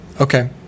Okay